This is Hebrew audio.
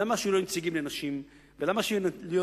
למה שלא תהיה נציגות לנשים ולמה שלא יהיו